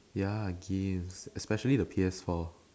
ya games especially the P_S-four